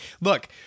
Look